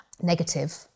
negative